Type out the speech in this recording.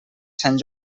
sant